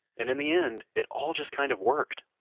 and in the end it all just kind of worked.